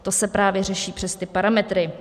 To se právě řeší přes ty parametry.